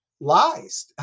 lies